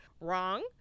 Wrong